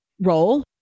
role